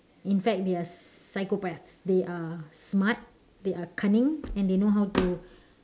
in fact they are psychopaths they are smart they are cunning and they know how to